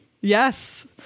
Yes